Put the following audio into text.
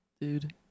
Dude